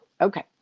Okay